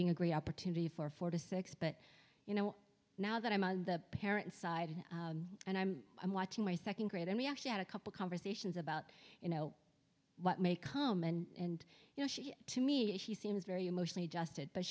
being a great opportunity for four to six but you know now that i'm on the parents side and i'm i'm watching my second grade and we actually had a couple conversations about you know what may come and you know she to me she seems very emotionally justed but